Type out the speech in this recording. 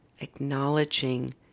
acknowledging